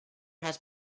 has